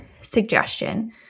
suggestion